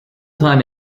time